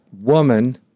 woman